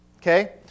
Okay